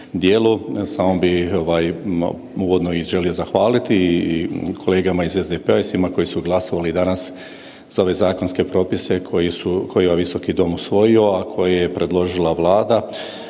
Samo bi uvodno želio zahvaliti kolegama iz SDP-a i svima koji su glasovali danas za ove zakonske propise koje je ovaj Visoki dom usvojio, a koji je predložila Vlada